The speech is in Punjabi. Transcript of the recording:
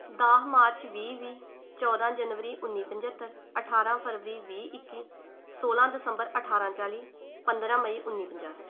ਦਸ ਮਾਰਚ ਵੀਹ ਵੀਹ ਚੌਦਾਂ ਜਨਵਰੀ ਉੱਨੀ ਪੰਝੱਤਰ ਅਠਾਰਾਂ ਫਰਵਰੀ ਵੀਹ ਇੱਕੀ ਸੋਲਾਂ ਦਸੰਬਰ ਅਠਾਰਾਂ ਚਾਲੀ ਪੰਦਰਾਂ ਮਈ ਉੱਨੀ ਪੰਜਾਹ